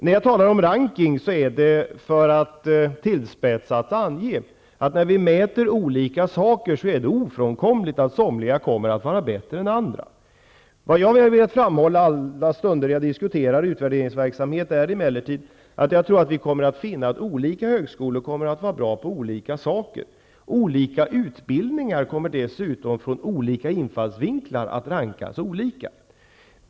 När jag talar om ranking, så är det för att tillspetsat ange att det när vi mäter olika saker är ofrånkomligt att somliga kommer att vara bättre än andra. Vad jag alltid har velat framhålla när jag har diskuterat utvärderingsverksamhet är emellertid att jag tror att vi kommer att finna att olika högskolor kommer att vara bra på olika saker. Olika utbildningar kommer dessutom från olika infallsvinklar att rankas olika.